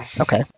Okay